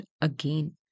again